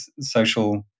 social